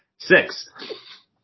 Six